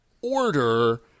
order